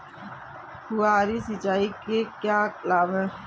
फुहारी सिंचाई के क्या लाभ हैं?